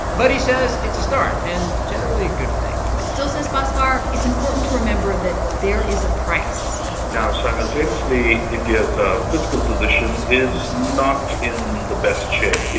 but he says it's a start and generally a good thing still, says bhaskar, it's important to remember that there is a price now, simultaneously, india's ah fiscal position is not in the best shape.